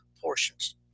portions